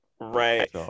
Right